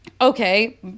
Okay